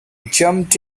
jumped